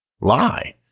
lie